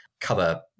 cover